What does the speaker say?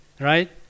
right